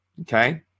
Okay